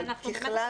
אבל ככלל